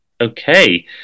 Okay